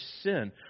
sin